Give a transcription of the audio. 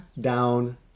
Down